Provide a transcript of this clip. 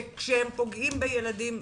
שכשהם פוגעים בילדים,